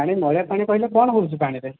ପାଣି ମଇଳା ପାଣି କହିଲେ କ'ଣ ହେଉଛି ପାଣିରେ